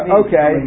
okay